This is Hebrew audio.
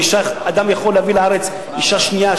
אדם יכול להביא לארץ אשה שנייה,